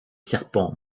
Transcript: serpents